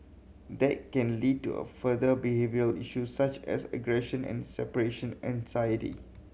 that can lead to a further behaviour issues such as aggression and separation anxiety